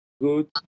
good